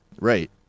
Right